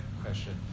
question